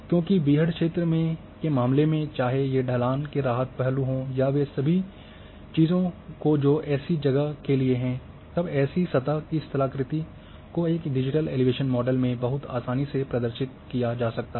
क्योंकि बीहड़ क्षेत्र के मामले में चाहे ये ढलान के राहत पहलु हों या वे सभी चीजों को जो एक ऐसी जगह के लिए है तब ऐसी सतह की स्थलाकृति को एक डिजिटल एलिवेशन मॉडल में बहुत आसानी से प्रदर्शित किया जा सकता है